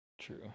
True